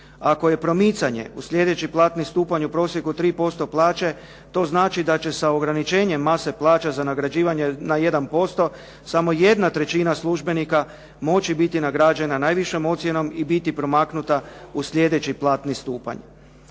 Ako je promicanje u sljedeći platni stupanj u prosjeku 3% od plaće to znači da će sa ograničenjem mase plaća za nagrađivanje na 1% samo jedna trećina službenika moći biti nagrađena najvišom ocjenom i biti promaknuta u sljedeći platni stupanj.